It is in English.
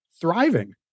thriving